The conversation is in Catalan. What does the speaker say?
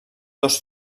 dos